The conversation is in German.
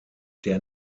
der